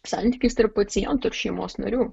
santykis tarp paciento ir šeimos narių